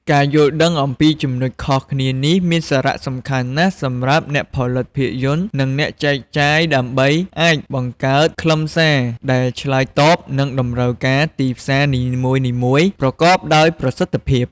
ការយល់ដឹងអំពីចំណុចខុសគ្នានេះមានសារៈសំខាន់ណាស់សម្រាប់អ្នកផលិតភាពយន្ត និងអ្នកចែកចាយ ដើម្បីអាចបង្កើតខ្លឹមសារដែលឆ្លើយតបនឹងតម្រូវការទីផ្សារនីមួយៗប្រកបដោយប្រសិទ្ធភាព។